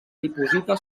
diposita